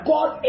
God